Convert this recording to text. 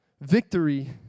victory